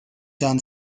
joan